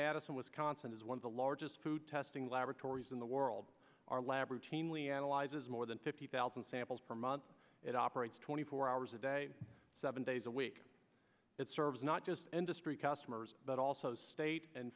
madison wisconsin is one of the largest food testing laboratories in the world our lab routinely analyzes more than fifty thousand samples per month it operates twenty four hours a day seven days a week it serves not just industry customers but also state and